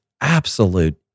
absolute